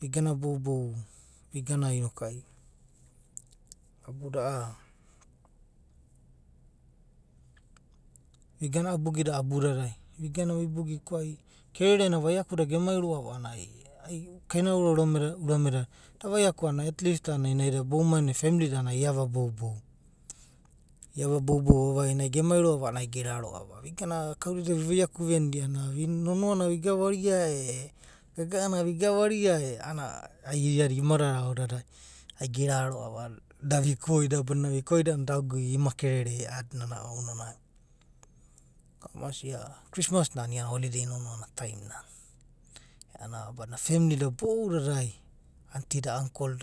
Vigana boubou vigana inoku ai abuda a’a vigana a’a boogi da abudada vigana vi boogi ko ai kerere na a’anana ai vai ‘aku da gemai roa’va. kaina ororo da urame dada eda vai’aku a’anana ai at least naida femli da a’ananai ai iava gou gou iava boubou vavaina gemai roa’va a’ananai geraro’a’va vigana kau da i’idada vi vai’aku veniada a’anana nonoa na vigavaria eh gaga na vigavaria eh. a’ananai iada ima dadai ao dadai ai gera roa’va. da vi koida, da ima koida a’ananai ima kerere ounanai, kamasa, christmas na a’ananai holiday nona. Badinana. femli da boudadai, aunty/uncle